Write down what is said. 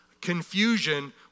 confusion